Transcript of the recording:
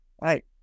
right